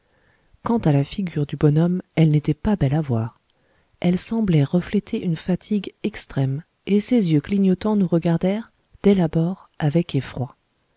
quant à la figure du bonhomme elle n'était pas belle à voir ses yeux clignotants nous regardèrent dès l'abord avec effroi